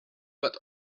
but